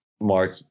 Mark